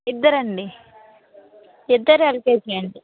ఇద్దరండి ఇద్దరూ ఎల్కేజీయే అండి